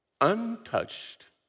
untouched